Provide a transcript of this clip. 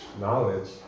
knowledge